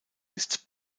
ist